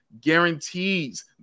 Guarantees